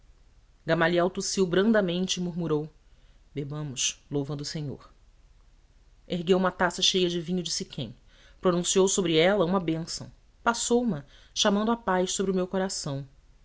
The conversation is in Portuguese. gamaliel tossiu brandamente e murmurou bebamos louvando o senhor ergueu uma taça cheia de vinho de siquém pronunciou sobre ela uma bênção e passou ma chamando a paz sobre o meu coração